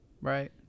Right